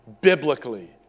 biblically